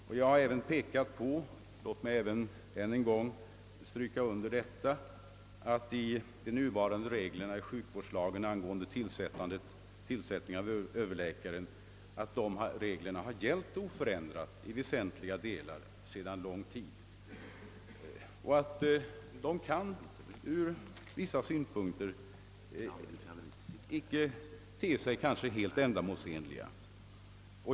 Och låt mig stryka under att de nuvarande reglerna i sjukvårdslagen angående tillsättning av överläkare har gällt oförändrade i väsentliga delar sedan lång tid tillbaka och ur vissa synpunkter ter sig icke helt ändamålsenliga.